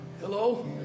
hello